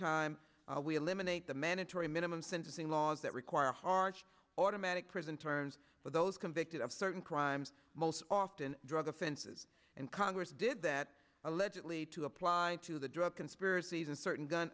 time we eliminate the mandatory minimum sentencing laws that require harsh automatic prison terms for those convicted of certain crimes most often drug offenses and congress did that allegedly to apply to the drug conspiracies and certain gun